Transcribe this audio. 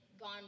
gone